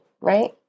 right